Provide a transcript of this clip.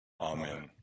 Amen